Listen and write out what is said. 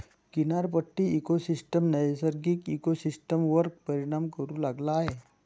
किनारपट्टी इकोसिस्टम नैसर्गिक इकोसिस्टमवर परिणाम करू लागला आहे